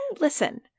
listen